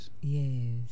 Yes